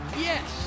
Yes